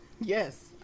Yes